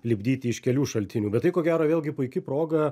lipdyti iš kelių šaltinių bet tai ko gero vėlgi puiki proga